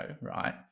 right